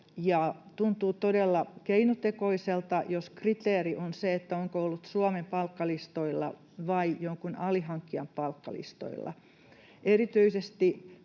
tuntuu todella keinotekoiselta, jos kriteeri on se, onko ollut Suomen palkkalistoilla vai jonkun alihankkijan palkkalistoilla.